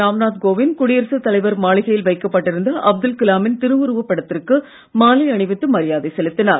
ராம்நாத் கோவிந்த் குடியரசுத் தலைவர் மாளிகையில் வைக்கப்பட்டிருந்த அப்துல் கலாமின் திருவுருவ படத்திற்கு மாலை அணிவித்து மரியாதை செலுத்தினார்